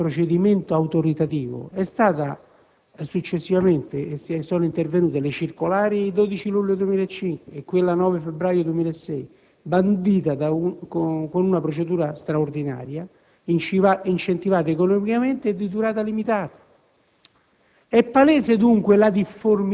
D'altra parte, rispetto a questo procedimento autoritativo, sono successivamente intervenute le circolari del 12 luglio 2005 e del 9 febbraio 2006, bandite con una procedura straordinaria, incentivate economicamente e di durata limitata.